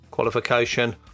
qualification